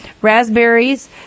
Raspberries